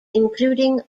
including